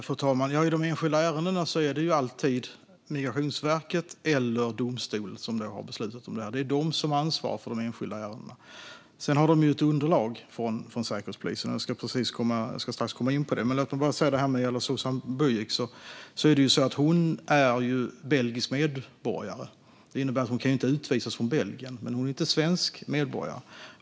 Fru talman! I de enskilda ärendena är det alltid Migrationsverket eller domstol som har beslutat om det här. Det är de som har ansvar för de enskilda ärendena. Sedan har de ju ett underlag från Säkerhetspolisen, och jag ska strax komma in på det. Låt mig bara säga att Zozan Büyük inte är svensk medborgare. Hon är belgisk medborgare, och det innebär att hon inte kan utvisas från Belgien.